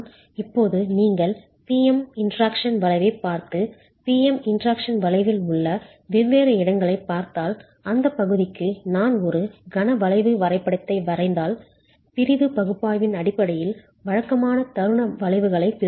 இப்போது நீங்கள் P M interaction வளைவைப் பார்த்து P M இன்டராக்ஷன் வளைவில் உள்ள வெவ்வேறு இடங்களைப் பார்த்தால் அந்தப் பகுதிக்கு நான் ஒரு கண வளைவு வரைபடத்தை வரைந்தால் பிரிவு பகுப்பாய்வின் அடிப்படையில் வழக்கமான தருண வளைவுகளைப் பெறுவீர்கள்